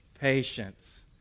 patience